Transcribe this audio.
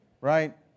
Right